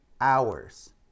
hours